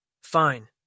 Fine